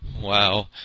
Wow